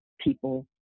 people